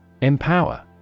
Empower